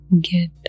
get